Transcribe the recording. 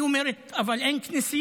היא אומרת: אבל אין כנסיות,